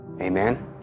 Amen